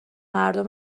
مردم